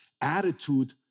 attitude